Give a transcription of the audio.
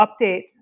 update